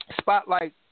Spotlight